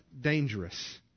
dangerous